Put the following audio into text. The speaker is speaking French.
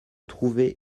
trouver